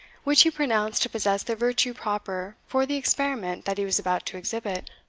which he pronounced to possess the virtue proper for the experiment that he was about to exhibit.